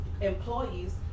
employees